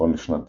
נכון לשנת